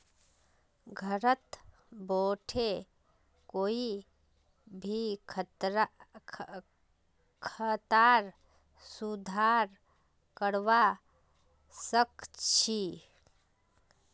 घरत बोठे कोई भी खातार सुधार करवा सख छि